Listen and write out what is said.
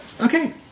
Okay